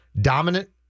dominant